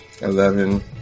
Eleven